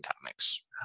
comics